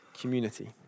community